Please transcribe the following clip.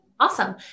Awesome